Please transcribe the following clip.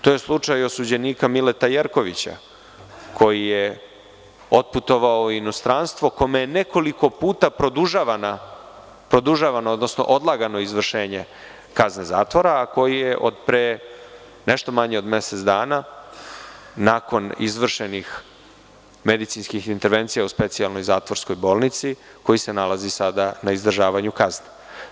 To je slučaj osuđenika Milete Jerkovića, koji je otputovao u inostranstvo i kome je nekoliko puta produžavano, odnosno odlagano izvršenje kazne zatvora, a koji se od pre, nešto manje, mesec dana, nakon izvršenih medicinskih intervencija u specijalnoj zatvorskoj bolnici, nalazi na izdržavanju kazne.